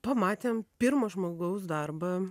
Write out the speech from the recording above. pamatėm pirmą žmogaus darbą